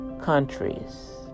countries